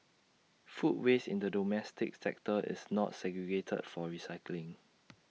food waste in the domestic sector is not segregated for recycling